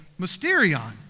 Mysterion